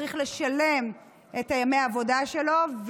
צריך לשלם את ימי העבודה שלו.